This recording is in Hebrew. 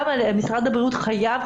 משרד הבריאות חייב,